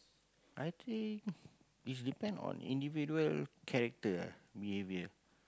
I think is depend on individual character behaviour